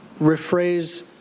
rephrase